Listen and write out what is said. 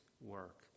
work